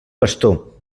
pastor